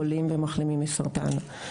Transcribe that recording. חולים ומחלימים מסרטן.